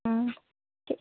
অঁ